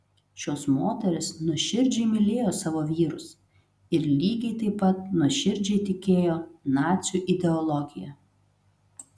šios moterys nuoširdžiai mylėjo savo vyrus ir lygiai taip pat nuoširdžiai tikėjo nacių ideologija